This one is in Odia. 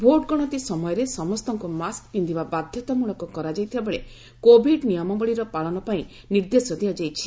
ଭୋଟ ଗଣତି ସମୟରେ ସମସ୍ତଙ୍କୁ ମାସ୍କ୍ ପିନ୍ଧିବା ବାଧ୍ୟତାମୂଳକ କରାଯାଇଥିବା ବେଳେ କୋଭିଡ୍ ନିୟମାବଳୀର ପାଳନ ପାଇଁ ନିର୍ଦ୍ଦେଶ ଦିଆଯାଇଛି